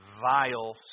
vile